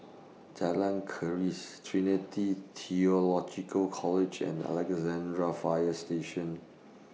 Jalan Keris Trinity Theological College and Alexandra Fire Station